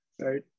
right